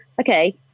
okay